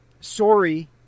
sorry